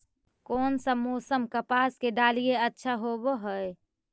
कोन सा मोसम कपास के डालीय अच्छा होबहय?